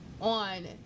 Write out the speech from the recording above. On